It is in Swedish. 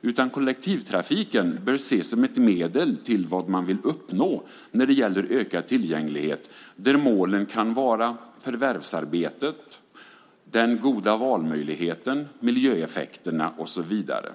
utan kollektivtrafiken bör ses som ett medel till vad man vill uppnå när det gäller ökad tillgänglighet där målen kan vara förvärvsarbetet, den goda valmöjligheten, miljöeffekterna och så vidare.